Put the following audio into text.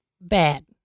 Bad